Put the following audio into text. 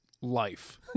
life